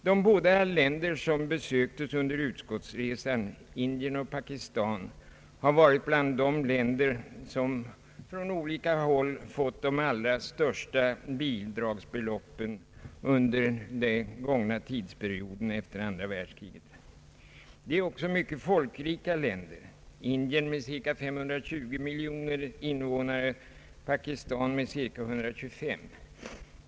De båda länder som besöktes under utskottsresan, Indien och Pakistan, har varit bland de länder som från olika håll fått de allra största bidragsbeloppen under den gångna tidsperioden efter det andra världskriget. Det är också mycket folkrika länder, Indien med cirka 520 miljoner invånare och Pakistan med 125 miljoner.